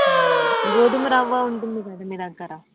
గోధుమరవ్వ ఉంటుంది కదా మీ దగ్గర